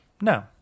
No